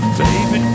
baby